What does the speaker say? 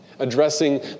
Addressing